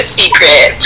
secret